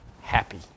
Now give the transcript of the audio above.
happy